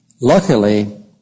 Luckily